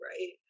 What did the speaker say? right